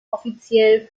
offiziell